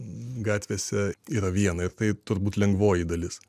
gatvėse yra viena ir tai turbūt lengvoji dalis